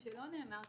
מה שלא נאמר כאן,